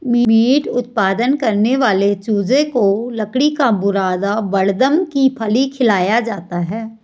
meet उत्पादन करने वाले चूजे को लकड़ी का बुरादा बड़दम की फली खिलाया जाता है